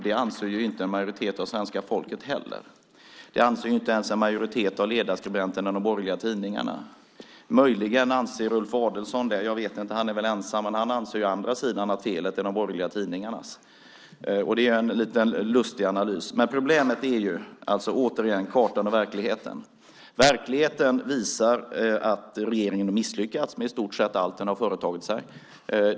Det anser inte en majoritet av svenska folket heller. Det anser inte ens en majoritet av ledarskribenterna i de borgerliga tidningarna. Möjligen anser Ulf Adelsohn det - jag vet inte - men han är väl ensam. Han anser å andra sidan att felet är de borgerliga tidningarnas. Det är en lite lustig analys. Problemet är återigen kartan och verkligheten. Verkligheten visar att regeringen har misslyckats med i stort sett allt den har företagit sig.